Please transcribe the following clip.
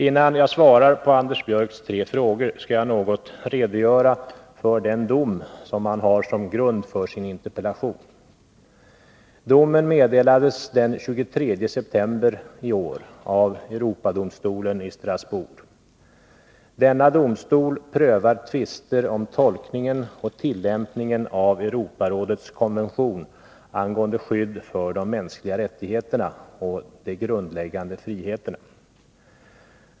Innan jag svarar på Anders Björcks tre frågor skall jag något redogöra för Nr 20 den dom som han har som grund för sin interpellation. Fredagen den Domen meddelades den 23 september i år av Europadomstolen i 29 oktober 1982 Strasbourg. Denna domstol prövar tvister om tolkningen och tillämpningen av Europarådets konvention angående skydd för de mänskliga rättigheterna och de grundläggande friheterna.